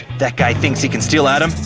that guy thinks he can steal adam?